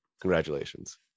congratulations